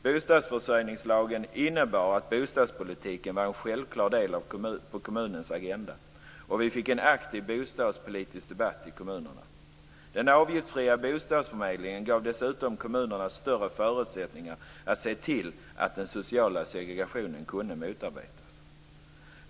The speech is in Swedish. Bostadsförsörjningslagen innebar att bostadspolitiken var en självklar fråga på kommunens agenda, och vi fick en aktiv bostadspolitisk debatt i kommunerna. Den avgiftsfria bostadsförmedlingen gav dessutom kommunerna större förutsättningar att se till att den sociala segregationen kunde motarbetas.